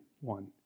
one